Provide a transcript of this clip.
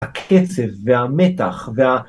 הקצב והמתח וה...